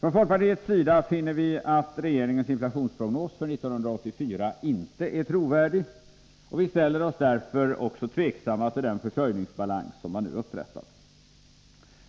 Vi i folkpartiet finner att regeringens inflationsprognos för 1984 inte är trovärdig, och vi ställer oss därför också tveksamma till den försörjningsbalans som man nu upprättat.